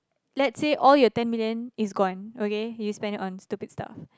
let say all your ten million is gone okay you spend it on stupid stuff